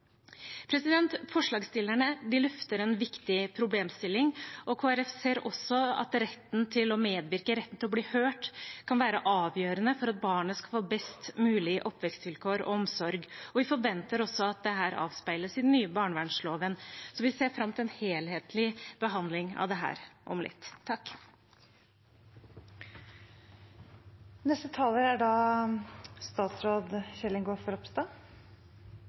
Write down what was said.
Forslagsstillerne løfter en viktig problemstilling, og Kristelig Folkeparti ser også at retten til å medvirke og bli hørt kan være avgjørende for at barnet skal få best mulig oppvekstvilkår og omsorg. Vi forventer også at dette avspeiles i den nye barnevernsloven. Så vi ser fram til en helhetlig behandling av dette om litt. Barns rett til medvirkning er